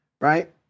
right